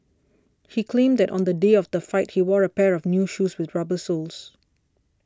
he claimed that on the day of the fight he wore a pair of new shoes with rubber soles